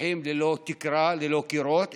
פתוחים ללא תקרה וללא קירות,